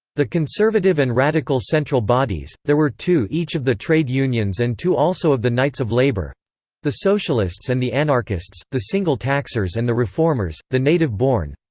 the conservative and radical central bodies there were two each of the trade unions and two also of the knights of labor the socialists and the anarchists, the single taxers and the reformers, the native born.